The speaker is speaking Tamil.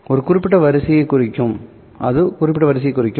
அது குறிப்பிட்ட வரிசையை குறிக்கும்